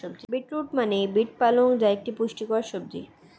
beet root মানে beet পালং যা একটি পুষ্টিকর সবজি